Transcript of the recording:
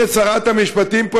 הנה, שרת המשפטים פה.